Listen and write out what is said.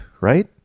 right